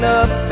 up